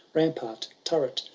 rampart, turret,